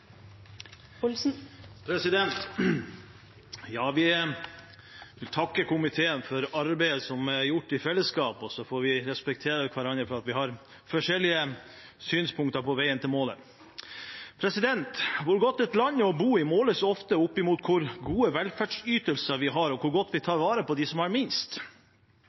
En har for mange erfaringer med de tragiske konsekvensene hvis det skulle skje. Jeg vil takke komiteen for arbeidet som er gjort i fellesskap, og så får vi respektere hverandre for at vi har forskjellige synspunkter på veien til målet. Hvor godt et land er å bo i, måles ofte opp mot hvor gode velferdsytelser vi har, og hvor godt vi tar vare på dem som har minst. Fremskrittspartiet er